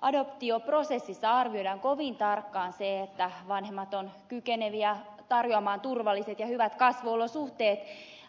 adoptioprosessissa arvioidaan kovin tarkkaan se että vanhemmat ovat kykeneviä tarjoamaan turvalliset ja hyvät kasvuolosuhteet